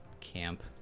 camp